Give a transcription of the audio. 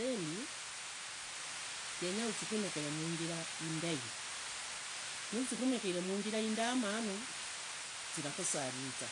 Zisendi zyenya uzirumikhire khunjira indai nuzurumikhire khunjira indamanu zivakhusaririza